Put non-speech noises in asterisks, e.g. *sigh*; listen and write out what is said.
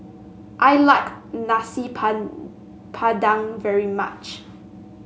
I like Nasi *unintelligible* Padang very much